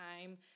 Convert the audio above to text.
time